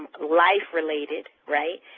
life related, right?